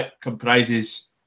comprises